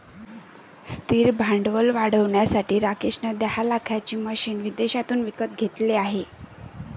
स्थिर भांडवल वाढवण्यासाठी राकेश ने दहा लाखाची मशीने विदेशातून विकत घेतले आहे